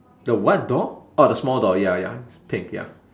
the what door orh the small door ya ya it's pink ya